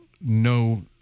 No